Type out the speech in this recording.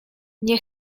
nie